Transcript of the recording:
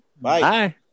Bye